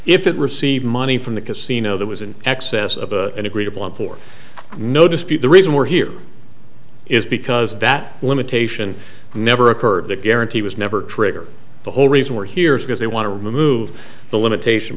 if it received money from the casino that was in excess of an agreeable one for no dispute the reason we're here is because that limitation never occurred the guarantee was never trigger the whole reason we're here is because they want to remove the limitation